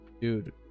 dude